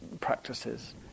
practices